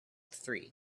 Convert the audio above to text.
three